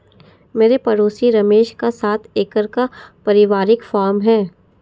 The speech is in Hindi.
मेरे पड़ोसी रमेश का सात एकड़ का परिवारिक फॉर्म है